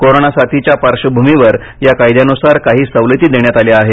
corona साथीच्या पार्श्वभूमीवर या कायद्यानुसार काही सवलती देण्यात आल्या आहेत